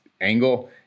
angle